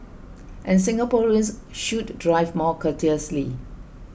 and Singaporeans should drive more courteously